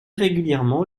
régulièrement